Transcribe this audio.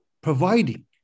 providing